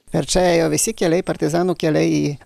per čia ėjo visi keliai partizanų keliai į